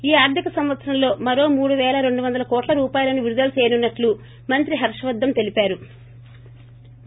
ఈ ఆర్దిక సంవత్సరంలో మరో మూడు పేల రెండు వందల కోట్ల రూపాయలను విడుదల చేయనున్నట్లు మంత్రి హర్వ వర్గన్ తెలిపారు